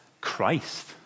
Christ